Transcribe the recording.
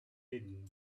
hidden